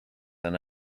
and